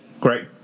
great